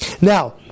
Now